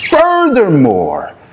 Furthermore